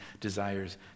desires